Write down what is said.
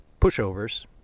pushovers